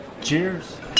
Cheers